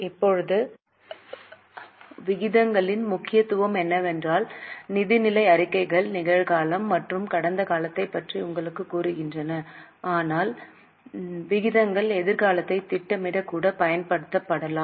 இப்போது விகிதங்களின் முக்கியத்துவம் என்னவென்றால் நிதிநிலை அறிக்கைகள் நிகழ்காலம் மற்றும் கடந்த காலத்தைப் பற்றி உங்களுக்கு கூறுகின்றன ஆனால் விகிதங்கள் எதிர்காலத்தை திட்டமிட கூட பயன்படுத்தப்படலாம்